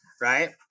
Right